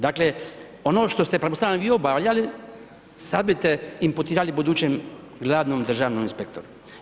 Dakle, ono što ste pretpostavljam vi obavljali sad bi te imputirali budućem glavnom državnom inspektoru.